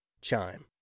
Chime